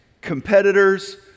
competitors